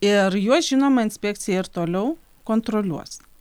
ir juos žinoma inspekcija ir toliau kontroliuos